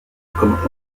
comme